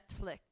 Netflix